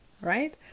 right